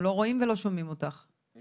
אז היא